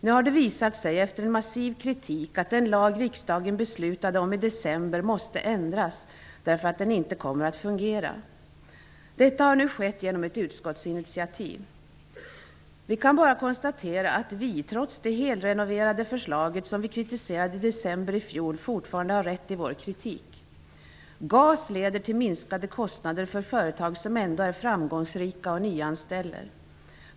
Nu har det visat sig efter en massiv kritik att den lag som riksdagen beslöt om i december måste ändras, därför att den inte kommer att fungera. Detta har nu skett genom ett utskottsinitiativ. Vi kan bara konstatera att vi, trots det helrenoverade förslaget som vi kritiserade i december i fjol, fortfarande har rätt i vår kritik: GAS leder till minskade kostnader för företag som ändå är framgångsrika och nyanställer.